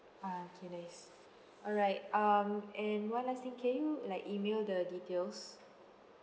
ah K nice alright um and one last thing can you like email the details